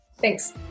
thanks